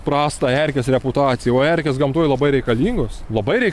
prastą erkės reputaciją o erkės gamtoj labai reikalingos labai reik